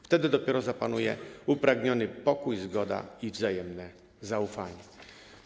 Wtedy dopiero zapanuje upragniony pokój, zgoda i wzajemne zaufanie”